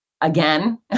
again